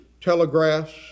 telegraphs